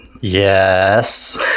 Yes